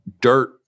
dirt